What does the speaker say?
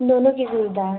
दोनों की सुविधा है